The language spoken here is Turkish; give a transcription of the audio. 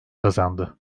kazandı